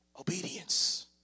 Obedience